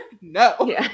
No